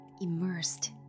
immersed